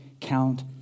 count